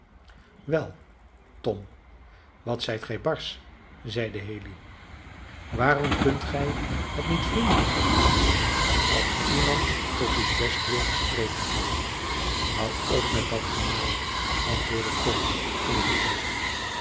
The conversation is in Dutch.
wel tom wat zijt gij barsch zeide haley waarom kunt gij het niet vriendelijk opnemen als iemand tot uw bestwil spreekt houd op met dat gemaal antwoordde tom even grof